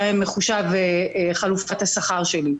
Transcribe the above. שעל פי הממוצע שלהם מחושבת חלופת השכר שלי.